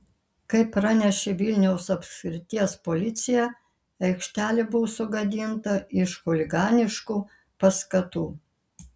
kaip pranešė vilniaus apskrities policija aikštelė buvo sugadinta iš chuliganiškų paskatų